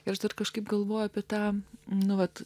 ir dar kažkaip galvojau apie tą nuolat